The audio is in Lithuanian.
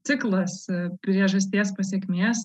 ciklas priežasties pasekmės